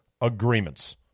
agreements